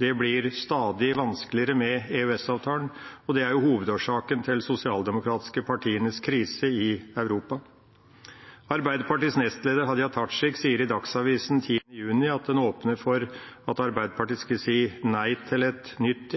Det blir stadig vanskeligere med EØS-avtalen, og det er hovedårsaken til de sosialdemokratiske partienes krise i Europa. Arbeiderpartiets nestleder Hadia Tajik sier i Dagsavisen 11. juni at en åpner for at Arbeiderpartiet skal si nei til et nytt